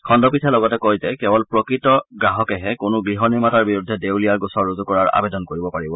খণ্ডপীঠে লগতে কয় যে কেৱল প্ৰকৃত গ্ৰাহকেহে কোনো গৃহ নিৰ্মাতাৰ বিৰুদ্ধে দেউলীয়াৰ গোচৰ ৰুজূ কৰাৰ আবেদন কৰিব পাৰিব